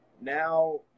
now